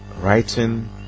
Writing